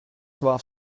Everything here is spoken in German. warf